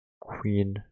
Queen